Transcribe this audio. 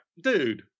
Dude